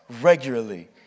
regularly